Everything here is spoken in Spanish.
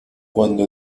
cuando